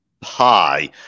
Pi